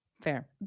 Fair